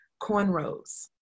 cornrows